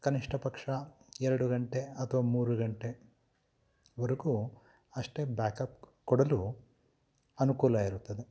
ಕನಿಷ್ಠ ಪಕ್ಷ ಎರಡು ಗಂಟೆ ಅಥವಾ ಮೂರು ಗಂಟೆ ವರೆಗೂ ಅಷ್ಟೇ ಬ್ಯಾಕಪ್ ಕೊಡಲು ಅನುಕೂಲ ಇರುತ್ತದೆ